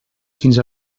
fins